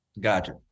Gotcha